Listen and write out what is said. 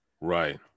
Right